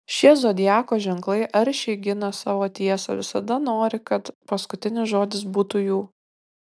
šie zodiako ženklai aršiai gina savo tiesą visada nori kad paskutinis žodis būtų jų